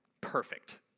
perfect